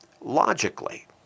logically